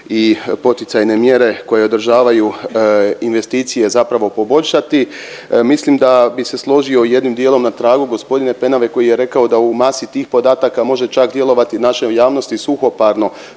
i poticajne mjere koje održavaju investicije zapravo poboljšati mislim da bi se složio jednim dijelom na tragu gospodina Penave koji je rekao da u masi tih podataka može čak djelovati našoj javnosti suhoparno